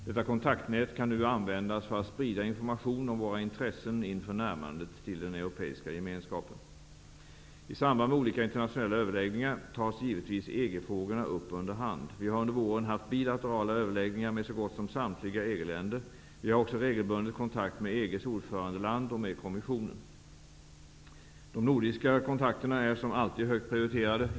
Detta kontaktnät kan nu användas för att sprida information om våra intressen inför närmandet till den europeiska gemenskapen. I samband med olika internationella överläggningar tas givetvis EG-frågorna upp under hand. Vi har under våren haft bilaterala överläggningar med så gott som samtliga EG länder. Vi har också regelbundet kontakt med EG:s ordförandeland och med kommissionen. De nordiska kontakterna är som alltid högt prioriterade.